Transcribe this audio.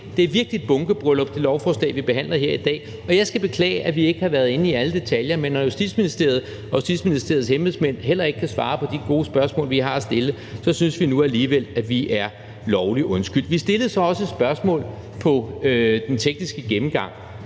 dag, er virkelig et bunkebryllup. Og jeg skal beklage, at vi ikke har været inde i alle detaljer, men når Justitsministeriet og Justitsministeriets embedsmænd heller ikke kan svare på de gode spørgsmål, vi har at stille, synes vi nu alligevel, at vi er lovligt undskyldt. Vi stillede så også et spørgsmål på den tekniske gennemgang,